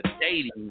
dating